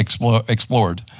explored